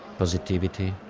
positivity.